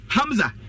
Hamza